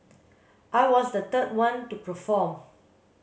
I was the third one to perform